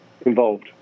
involved